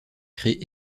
crée